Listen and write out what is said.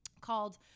called